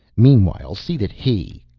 meanwhile, see that he,